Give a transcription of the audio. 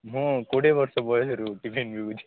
ମୁଁ କୋଡ଼ିଏ ବର୍ଷ ବୟସରୁ ଟିଫିନ୍ ବିକୁଛି